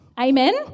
Amen